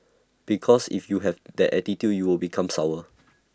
because if you have that attitude you will become sour